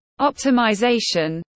optimization